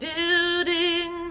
Building